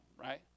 right